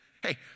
Hey